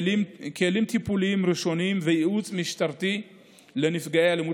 כלים טיפוליים ראשוניים וייעוץ משטרתי לנפגעי אלימות